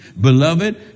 Beloved